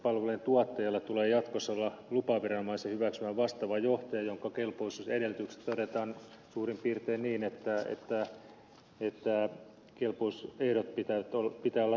sairaankuljetuspalvelujen tuottajalla tulee jatkossa olla lupaviranomaisen hyväksymä vastaava johtaja jonka kelpoisuusedellytykset todetaan suurin piirtein niin että kelpoisuusehtojen pitää olla riittävät